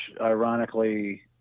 ironically